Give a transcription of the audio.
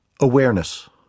awareness